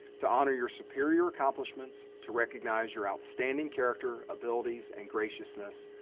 to honor your superior accomplishments, to recognize your outstanding character, abilities, and graciousness,